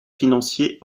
financier